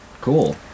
cool